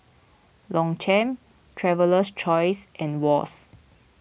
Longchamp Traveler's Choice and Wall's